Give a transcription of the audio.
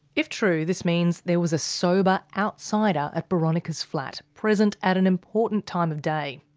if true, this means there was a sober outsider at boronika's flat present at an important time of day.